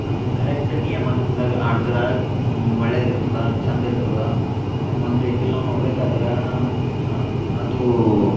ಅದು ಕರೆಕ್ಟ್ ನಿಯಮಗಿಂದ ಆಡ್ದ್ರೆ ಒಳ್ಳೇದಿರ್ತದೆ ಚಂದ ಇರ್ತದೆ ಒಂದು ರೀತಿಲಿ ನಾವು ನೋಡ್ಬೇಕಾದ್ರೆ ಹಾಂ ಅದು